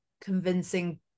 convincing